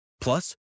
Plus